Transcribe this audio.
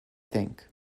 think